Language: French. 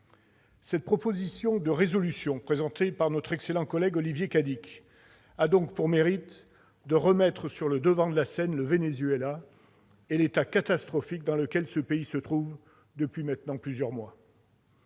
Cette proposition de résolution, présentée par notre excellent collègue Olivier Cadic, a donc pour mérite de remettre sur le devant de la scène le Venezuela, et l'état catastrophique dans lequel ce pays se trouve depuis maintenant plusieurs mois.